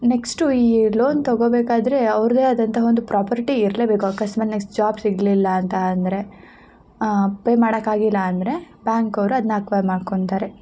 next ಈ loan ತಗೋಬೇಕಾದರೆ ಅವ್ರದ್ದೇ ಆದಂಥ ಒಂದು ಪ್ರಾಪರ್ಟಿ ಇರಲೇ ಬೇಕು ಅಕಸ್ಮಾತ್ ನೆಕ್ಸ್ಟ್ ಜಾಬ್ ಸಿಗಲಿಲ್ಲ ಅಂತ ಅಂದರೆ ಪೇ ಮಾಡೋಕ್ಕಾಗಿಲ್ಲ ಅಂದರೆ ಬ್ಯಾಂಕ್ ಅವ್ರು ಅದನ್ನ ಅಕ್ವಾಯ್ರ್ ಮಾಡ್ಕೊತಾರೆ